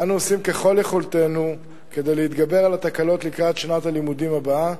אנו עושים ככל יכולתנו כדי להתגבר על התקלות לקראת שנת הלימודים הבאה.